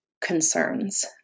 concerns